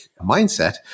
mindset